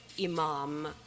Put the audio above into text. imam